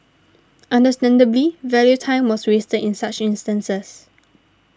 understandably value time was wasted in such instances